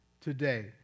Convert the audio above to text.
today